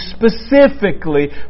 specifically